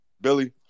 Billy